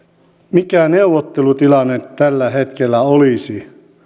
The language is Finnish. mikä neuvottelutilanne tällä hetkellä olisi